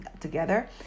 together